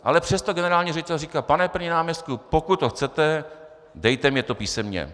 Ale přesto generální ředitel říká: Pane první náměstku, pokud to chcete, dejte mně to písemně.